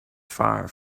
far